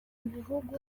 ibihugu